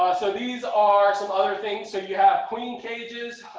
um so these are some other things. so you have queen cages.